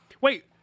Wait